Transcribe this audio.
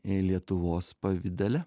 lietuvos pavidale